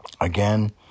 Again